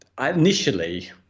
initially